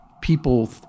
People